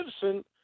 citizen